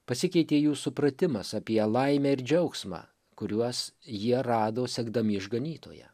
pasikeitė jų supratimas apie laimę ir džiaugsmą kuriuos jie rado sekdami išganytoją